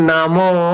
Namo